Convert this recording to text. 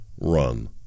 Run